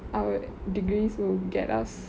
our degrees will get us